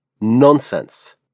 nonsense